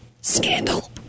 scandal